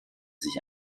sich